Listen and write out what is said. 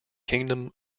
kingdom